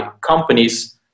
companies